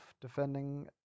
defending